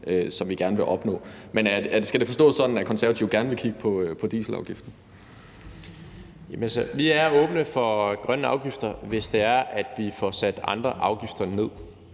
som vi gerne vil opnå. Men skal det forstås sådan, at Konservative gerne vil kigge på dieselafgiften? Kl. 14:21 Rasmus Jarlov (KF): Vi er åbne for grønne afgifter, hvis vi får sat andre afgifter ned.